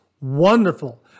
wonderful